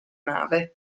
nave